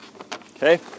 okay